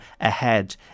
ahead